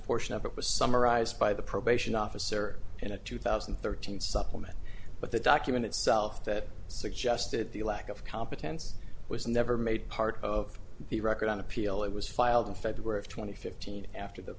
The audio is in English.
portion of it was summarized by the probation officer in a two thousand and thirteen supplement but the document itself that suggested the lack of competence was never made part of the record on appeal it was filed in february of two thousand and fifteen after the